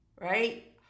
right